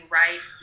right